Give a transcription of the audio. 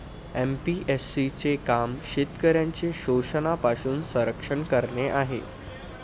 APMC चे काम शेतकऱ्यांचे शोषणापासून संरक्षण करणे आहे